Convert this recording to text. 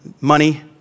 money